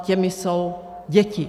A těmi jsou děti.